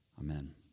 Amen